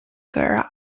garage